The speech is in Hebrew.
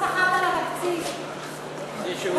אבל